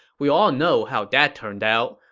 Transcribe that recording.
we all know how that turned out.